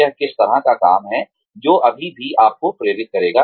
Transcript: यह किस तरह का काम है जो अभी भी आपको प्रेरित करेगा